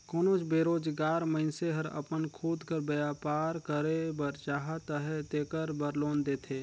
कोनोच बेरोजगार मइनसे हर अपन खुद कर बयपार करे बर चाहत अहे तेकर बर लोन देथे